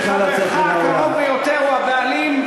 כשחברך הקרוב ביותר הוא הבעלים,